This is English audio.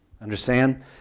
Understand